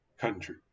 country